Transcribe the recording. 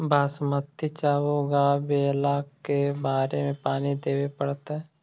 बासमती चावल उगावेला के बार पानी देवे पड़तै?